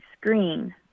screen